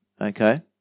Okay